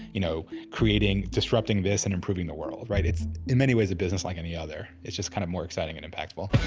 you know, creating, disrupting this and improving the world, right? it's, in many ways, a business like any other. it's just kind of more exciting and impactful.